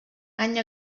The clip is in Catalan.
any